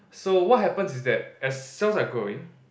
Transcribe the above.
so what happens is that as cells are growing